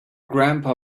grandpa